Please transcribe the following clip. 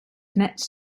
connects